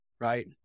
Right